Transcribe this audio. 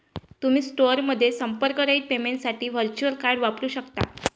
तुम्ही स्टोअरमध्ये संपर्करहित पेमेंटसाठी व्हर्च्युअल कार्ड वापरू शकता